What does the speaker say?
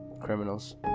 criminals